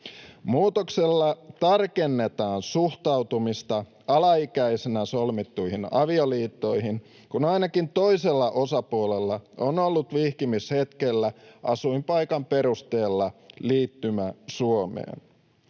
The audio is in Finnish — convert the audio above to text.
Muutoksella tarkennetaan suhtautumista alaikäisenä solmittuihin avioliittoihin, kun ainakin toisella osapuolella on ollut vihkimishetkellä asuinpaikan perusteella liittymä Suomeen.